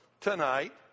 tonight